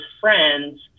friends